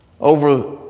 over